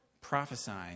prophesying